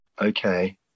Okay